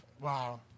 Wow